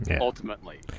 Ultimately